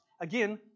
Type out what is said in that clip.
Again